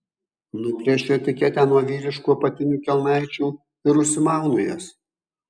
nuplėšiu etiketę nuo vyriškų apatinių kelnaičių ir užsimaunu jas